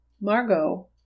Margot